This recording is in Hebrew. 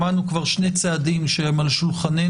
שמענו כבר שני צעדים שהם על שולחננו: